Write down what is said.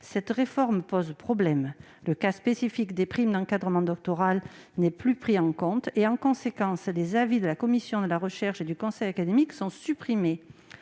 telle réforme pose problème. Le cas spécifique des primes d'encadrement doctoral n'est plus pris en compte. En conséquence, les avis de la commission de la recherche et du conseil académique sont supprimés.